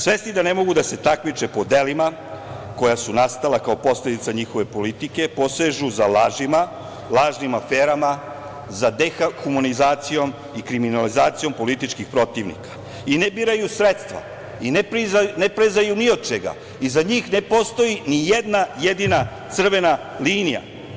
Svesni da ne mogu da se takmiče po delima koja su nastala kao posledica njihove politike, posežu za lažima, lažnim aferima za dehumanizacijom i kriminalizacijom političkih protivnika i ne biraju sredstva i ne prezaju ni od čega i za njih ne postoji ni jedna jedina crvena linija.